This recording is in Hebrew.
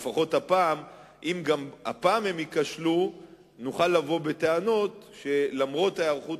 אם גם הפעם הם ייכשלו נוכל לבוא בטענות שלמרות ההיערכות